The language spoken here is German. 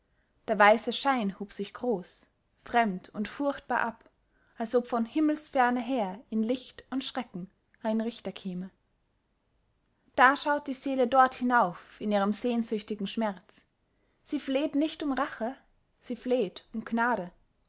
der weiße schein hob sich groß fremd und furchtbar ab als ob von himmelsferne her in licht und schrecken ein richter käme da schaut die seele dort hinauf in ihrem sehnsüchtigen schmerz sie fleht nicht um rache sie fleht um gnade